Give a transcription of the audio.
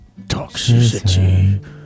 Toxicity